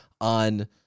on